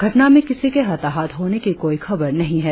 घटना में किसी के हताहत होने की कोई खबर नहीं हैं